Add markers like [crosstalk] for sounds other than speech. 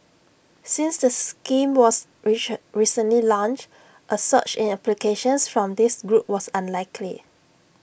since the scheme was [unintelligible] recently launched A surge in applications from this group was unlikely